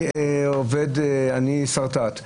אני שרטט.